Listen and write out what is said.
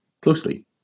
closely